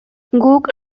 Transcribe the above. guk